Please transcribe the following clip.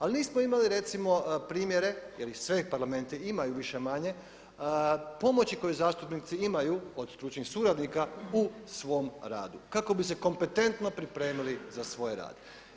Ali nismo imali recimo primjere jer ih svi parlamenti imaju više-manje pomoći koju zastupnici imaju od stručnih suradnika u svom radu kako bi se kompetentno pripremili za svoj rad.